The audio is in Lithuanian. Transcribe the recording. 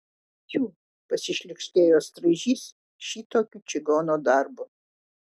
pfu pasišlykštėjo straižys šitokiu čigono darbu